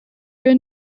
your